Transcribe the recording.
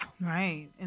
Right